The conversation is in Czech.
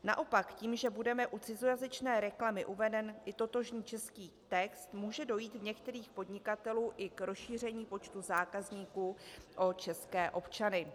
Naopak tím, že bude u cizojazyčné reklamy uveden i totožný český text, může dojít u některých podnikatelů i k rozšíření počtu zákazníků o české občany.